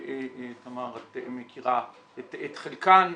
ותמר, את מכירה את חלקן,